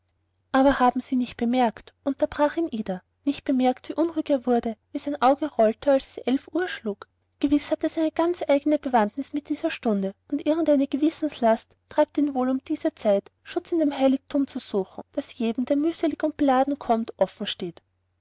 aber haben sie nicht bemerkt unterbrach ihn ida nicht bemerkt wie unruhig er wurde wie sein auge rollte als es elf uhr schlug gewiß hat es eine ganz eigene bewandtnis mit dieser stunde und irgend eine gewissenslast treibt ihn wohl um diese zeit schutz in dem heiligtum zu suchen das jedem der mühselig und beladen kömmt offen steht